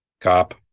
cop